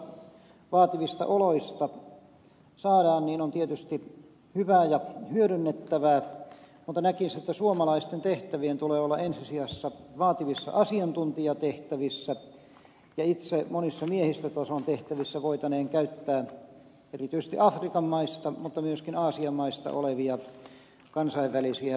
kokemus jota vaativista oloista saadaan on tietysti hyvää ja hyödynnettävää mutta näkisin että suomalaisten tehtävien tulee olla ensi sijassa vaativissa asiantuntijatehtävissä ja itse monissa miehistötason tehtävissä voitaneen käyttää erityisesti afrikan maista mutta myöskin aasian maista olevia kansainvälisiä rauhanturvaajia